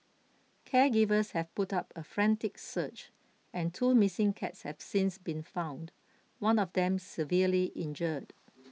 caregivers have put up a frantic search and two missing cats have since been found one of them severely injured